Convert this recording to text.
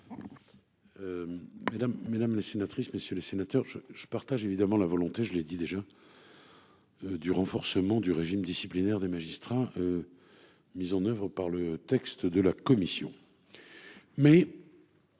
mesdames les sénatrices messieurs les sénateurs, je je partage évidemment la volonté, je l'ai dit déjà. Du renforcement du régime disciplinaire des magistrats. Mises en Oeuvres par le texte de la commission. Mais.